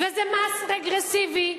זה מס רגרסיבי,